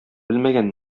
белмәгән